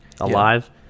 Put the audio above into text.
alive